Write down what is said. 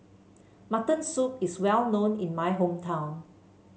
Mutton Soup is well known in my hometown